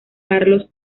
carlos